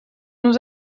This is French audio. nous